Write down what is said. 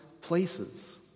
places